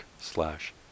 slash